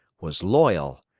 was loyal,